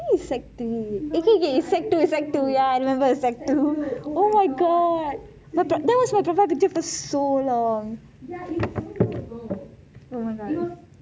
I think is sec three no no is sec two sec two I remember is sec two oh my god that was my profile picture for so long oh my god